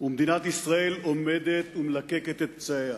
ומדינת ישראל מלקקת את פצעיה,